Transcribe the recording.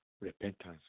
repentance